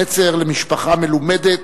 נצר למשפחה מלומדת,